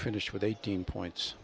finish with eighteen points